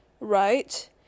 right